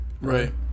right